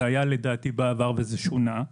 זה היה לדעתי בעבר וזה שונה,